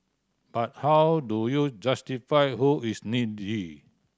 but how do you justify who is needy